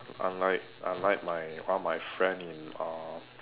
unlike unlike my all my friend uh